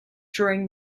during